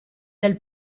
del